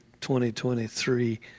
2023